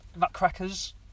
nutcrackers